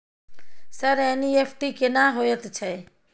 Sir NEFT केना होयत छै?